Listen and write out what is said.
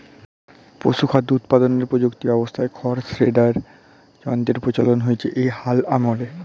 পশুখাদ্য উৎপাদনের প্রযুক্তি ব্যবস্থায় খড় শ্রেডার যন্ত্রের প্রচলন হয়েছে এই হাল আমলে